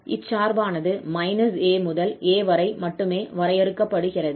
இச்சார்பானது −𝑎 முதல் a வரை மட்டுமே வரையறுக்கப்படுகிறது